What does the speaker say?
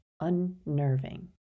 unnerving